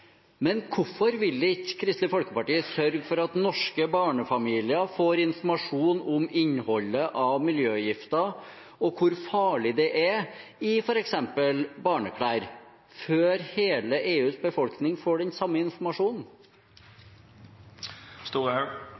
Men hvorfor vil ikke Kristelig Folkeparti sørge for at norske barnefamilier får informasjon om innholdet av miljøgifter og om hvor farlig det er, i f.eks. barneklær, før hele EUs befolkning får den samme informasjonen?